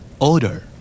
Odor